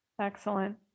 Excellent